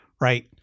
right